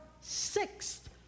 sixth